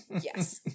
Yes